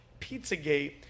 Pizzagate